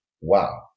wow